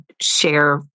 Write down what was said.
share